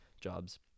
Jobs